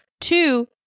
Two